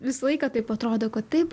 visą laiką taip atrodo kad taip